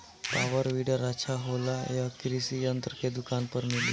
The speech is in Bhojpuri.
पॉवर वीडर अच्छा होला यह कृषि यंत्र के दुकान पर मिली?